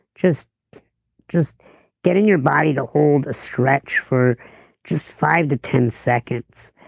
just just getting your body to hold a stretch for just five to ten seconds,